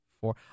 four